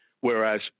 whereas